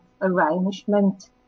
arrangement